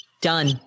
Done